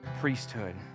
priesthood